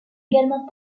également